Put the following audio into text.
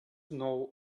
know